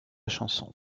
chanson